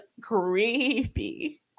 creepy